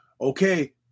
Okay